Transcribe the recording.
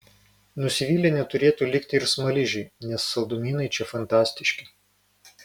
nusivylę neturėtų likti ir smaližiai nes saldumynai čia fantastiški